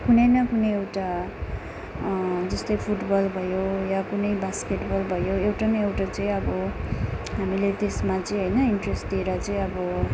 कुनै न कुनै एउटा जस्तै फुटबल भयो या कुनै बास्केटबल भयो एउटा न एउटा चाहिँ अब हामीले त्यसमा चाहिँ होइन इन्ट्रेस्ट दिएर चाहिँ अब